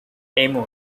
amun